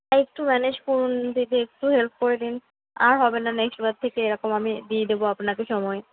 একটু ম্যানেজ করুন দিদি একটু হেল্প করে দিন আর হবে না নেক্সট বার থেকে এরকম আমি দিয়ে দেব আপনাকে সময়ে